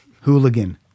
Hooligan